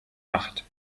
macht